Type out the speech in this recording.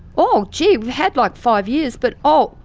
oh gee. we've had like five years, but oh,